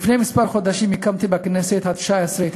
לפני כמה חודשים הקמתי בכנסת התשע-עשרה את